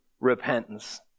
repentance